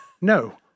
no